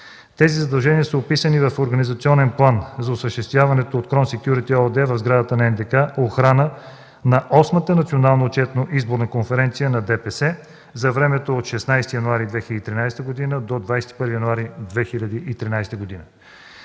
Тези задължения са описани в организационен план за осъществяването от „Крон Секюрити” ЕООД в сградата на НДК охрана на Осмата национална отчетно-изборна конференция на ДПС за времето от 16 до 21 януари 2013 г.